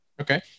Okay